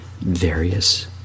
various